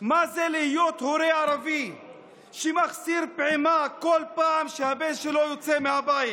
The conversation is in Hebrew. מה זה להיות הורה ערבי שמחסיר פעימה כל פעם שהבן שלו יוצא מהבית.